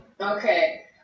okay